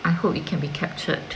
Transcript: I hope it can be captured